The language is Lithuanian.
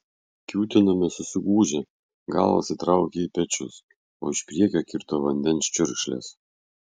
kiūtinome susigūžę galvas įtraukę į pečius o iš priekio kirto vandens čiurkšlės